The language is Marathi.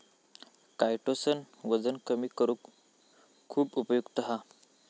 कायटोसन वजन कमी करुक खुप उपयुक्त हा